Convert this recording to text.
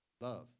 love